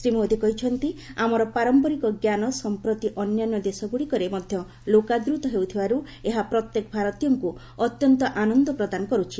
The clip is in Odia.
ଶ୍ରୀ ମୋଦି କହିଛନ୍ତି ଆମର ପାରମ୍ପରିକ ଜ୍ଞାନ ସମ୍ପ୍ରତି ଅନ୍ୟାନ୍ୟ ଦେଶଗୁଡ଼ିକରେ ମଧ୍ୟ ଲୋକାଦୂତ ହେଉଥିବାରୁ ଏହା ପ୍ରତ୍ୟେକ ଭାରତୀୟଙ୍କୁ ଅତ୍ୟନ୍ତ ଆନନ୍ଦ ପ୍ରଦାନ କରୁଛି